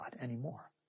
anymore